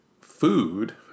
food